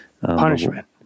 Punishment